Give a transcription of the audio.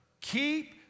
Keep